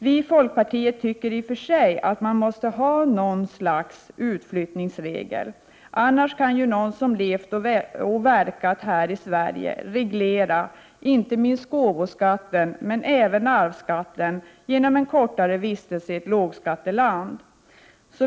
Vi i folkpartiet tycker i och för sig att man måste ha någon sorts utflyttningsregel, annars kan ju någon som levt och verkat här i Sverige reglera inte minst gåvoskatten men även arvsskatten genom en kortare vistelse i ett lågskatteland.